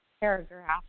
paragraph